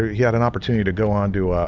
he had an opportunity to go on to